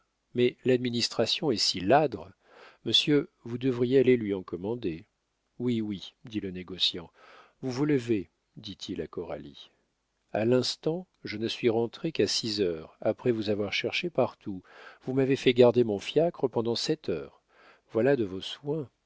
mais l'administration est si ladre monsieur vous devriez aller lui en commander oui oui dit le négociant vous vous levez dit-il à coralie a l'instant je ne suis rentrée qu'à six heures après vous avoir cherché partout vous m'avez fait garder mon fiacre pendant sept heures voilà de vos soins